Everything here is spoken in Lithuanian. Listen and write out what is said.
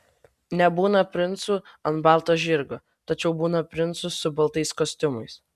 nebūna princų ant balto žirgo tačiau būna princų su baltais kostiumais